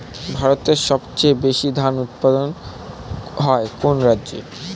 ভারতের সবচেয়ে বেশী ধান উৎপাদন হয় কোন রাজ্যে?